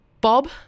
bob